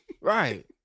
Right